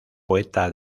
poeta